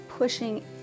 pushing